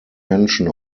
menschen